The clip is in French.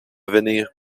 venir